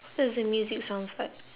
does the music sounds like